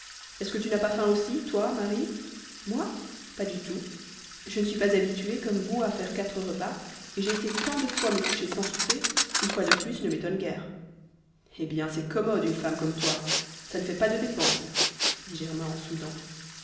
est-ce que tu n'as pas faim aussi toi marie moi pas du tout je ne suis pas habituée comme vous à faire quatre repas et j'ai été tant de fois me coucher sans souper qu'une fois de plus ne m'étonne guère eh bien c'est commode une femme comme toi ça ne fait pas de dépense dit germain en soudant